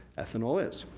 ethanol is.